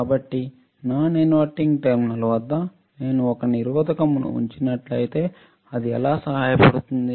కాబట్టి విలోమం కాని టెర్మినల్ వద్ద నేను ఒక నిరోధకతను ఇచ్చినట్లైతే అది ఎలా సహాయపడుతుంది